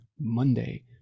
Monday